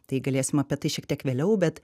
tai galėsim apie tai šiek tiek vėliau bet